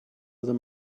them